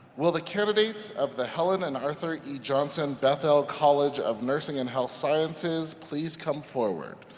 will the candidates of the helen and arthur e. johnson bethel college of nursing and health sciences please come forward.